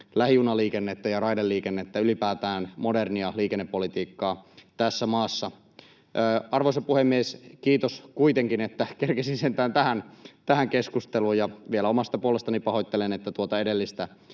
lähijunaliikennettä ja raideliikennettä, ylipäätään modernia liikennepolitiikkaa tässä maassa. Arvoisa puhemies! Kiitos kuitenkin, että kerkesin sentään tähän keskusteluun. Vielä omasta puolestani pahoittelen, että tuota edellistä